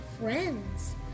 friends